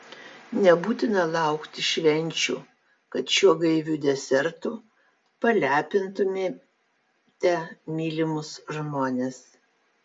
nebūtina laukti švenčių kad šiuo gaiviu desertu palepintumėte mylimus žmones